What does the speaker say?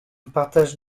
partage